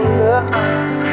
love